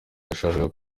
yashakaga